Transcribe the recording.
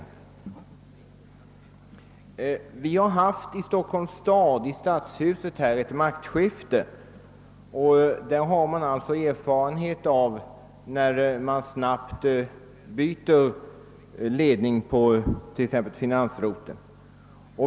Vi har i Stockholms stad i stadshuset haft ett regimskifte och har därför erfarenhet av hur det är när man snabbt byter ledning på t.ex. finansroteln.